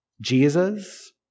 Jesus